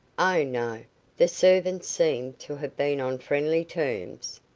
oh, no the servants seemed to have been on friendly terms.